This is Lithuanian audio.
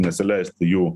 nesileisti jų